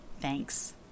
Thanks